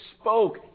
spoke